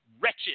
wretched